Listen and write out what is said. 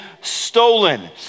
stolen